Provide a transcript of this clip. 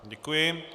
Děkuji.